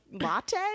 latte